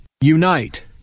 unite